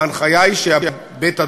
ההנחיה היא שבבית-הדואר,